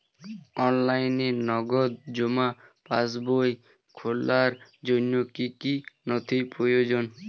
অনলাইনে নগদ জমা পাসবই খোলার জন্য কী কী নথি প্রয়োজন?